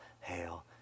hail